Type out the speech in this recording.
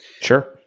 Sure